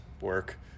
work